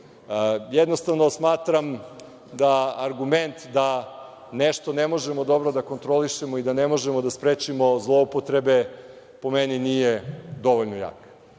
Jednostavno, smatram da argument da nešto ne možemo dobro da kontrolišemo i da ne možemo da sprečimo zloupotrebe, po meni nije dovoljno jak.